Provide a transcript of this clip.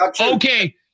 okay